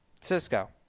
Cisco